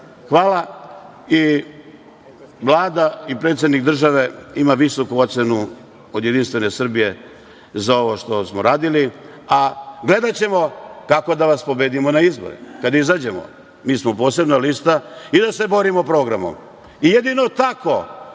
pitam. Vlada i predsednik države imaju visoku ocenu od JS za ovo što smo radili. A, gledaćemo kako da vas pobedimo na izborima, kad izađemo. Mi smo posebna lista i da se borimo programom. I jedino tako